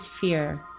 fear